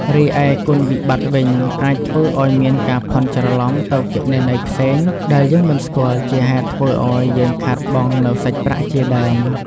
រីឯគុណវិបត្តិវិញ អាចធ្វើឲ្យមានការភាន់ច្រឡំទៅគណនីផ្សេងដែលយើងមិនស្គាល់ជាហេតុធ្វើឲ្យយើងខាតបង់នៅសាច់ប្រាក់ជាដើម។